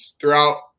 throughout